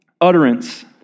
utterance